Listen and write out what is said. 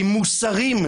אם מוסרים,